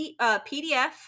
PDF